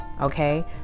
okay